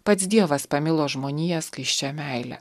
pats dievas pamilo žmoniją skaisčia meile